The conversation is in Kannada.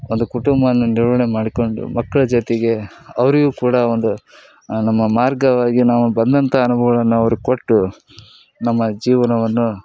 ಒಂದು ಕುಟುಂಬವನ್ನು ನಿರ್ವಹಣೆ ಮಾಡಿಕೊಂಡು ಮಕ್ಕಳ ಜೊತೆಗೆ ಅವರಿಗೂ ಕೂಡ ಒಂದು ನಮ್ಮ ಮಾರ್ಗವಾಗಿ ನಾವು ಬಂದಂಥ ಅನುಬವಗಳನ್ನು ಅವ್ರಿಗೆ ಕೊಟ್ಟು ನಮ್ಮ ಜೀವನವನ್ನು